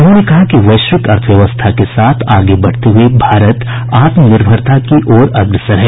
उन्होंने कहा कि वैश्विक अर्थव्यवस्था के साथ आगे बढ़ते हुये भारत आत्मनिर्भरता की ओर अग्रसर है